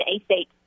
A-State